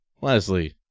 Leslie